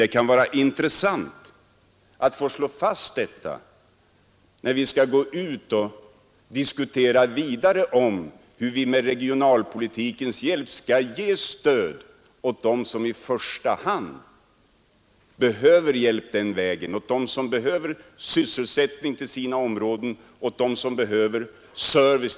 Det kan vara intressant att slå fast detta, när vi skall diskutera vidare om hur vi med regionalpolitikens hjälp skall ge stöd åt dem som behöver hjälp den vägen, åt dem som behöver sysselsättning i sina områden och åt dem som behöver service.